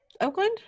Oakland